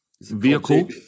vehicle